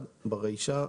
ברישה,